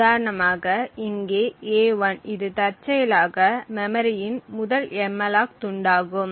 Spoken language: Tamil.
உதாரணமாக இங்கே a1 இது தற்செயலாக மெமரியின் முதல் எம்மலாக் துண்டாகும்